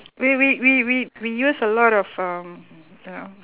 we we we we we use a lot of um ya